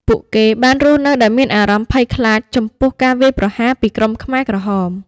ពួកគេបានរស់នៅដោយមានអារម្មណ៍ភ័យខ្លាចចំពោះការវាយប្រហារពីក្រុមខ្មែរក្រហម។